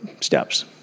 steps